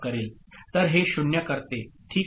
तर हे 0 करते ठीक आहे